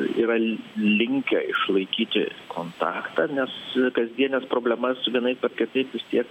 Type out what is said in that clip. yra linkę išlaikyti kontaktą nes kasdienes problemas vienaip ar kitaip vis tiek